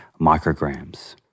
micrograms